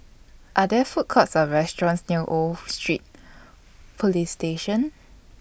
Are There Food Courts Or restaurants near Old Street Police Station